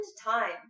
time